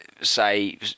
say